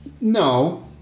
No